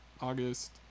August